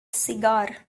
cigar